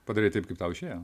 padarei taip kaip tau išėjo